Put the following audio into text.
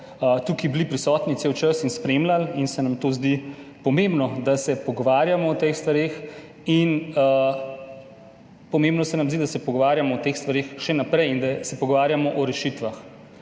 tukaj bili prisotni cel čas in spremljali in se nam to zdi pomembno, da se pogovarjamo o teh stvareh. Pomembno se nam zdi, da se še naprej pogovarjamo o teh stvareh in da se pogovarjamo o rešitvah.